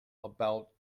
about